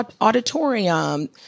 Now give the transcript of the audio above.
auditorium